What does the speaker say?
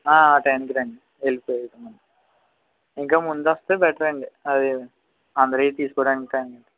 ఆ టైంకి రండి వెళ్ళిపోయే ముందు ఇంకా ముందు వస్తే బెటర్ అండి అదీ అందరివి తీసుకోడానికి అని